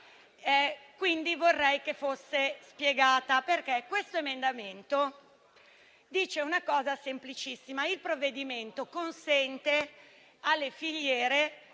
e vorrei che fosse spiegata. Questo emendamento dice una cosa semplicissima: il provvedimento consente alle filiere